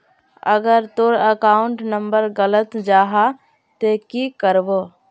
अगर तोर account number गलत जाहा ते की करबो?